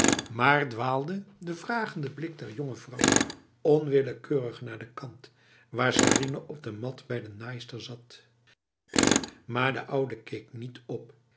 maar dwaalde de vragende blik der jonge vrouw onwillekeurig naar de kant waar sarinah op de mat bij de naaister zat maar de oude keek niet op